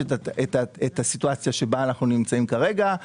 ובסיטואציה שאנחנו נמצאים כרגע,